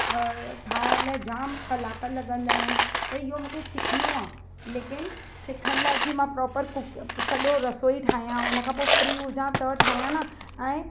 ठाहिण लाइ जाम कलाक लॻंदा आहिनि त इहो मूंखे सिखिणो आहे लेकिन सिखण लाइ की मां प्रॉपर सॼो रसोई ठाहियां उन खां फ्री हुजा त ठाहियां न ऐं